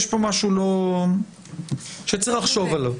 יש פה משהו שצריך לחשוב עליו.